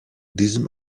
diesem